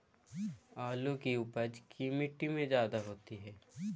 आलु की उपज की मिट्टी में जायदा होती है?